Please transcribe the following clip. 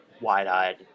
wide-eyed